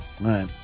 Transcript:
right